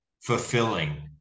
fulfilling